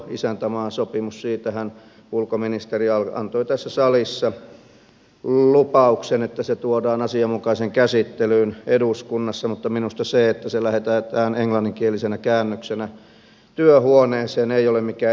siitähän ulkoministeri antoi tässä salissa lupauksen että se tuodaan asianmukaiseen käsittelyyn eduskunnassa mutta minusta se että se lähetetään englanninkielisenä käännöksenä työhuoneeseen ei ole mikään eduskuntakäsittely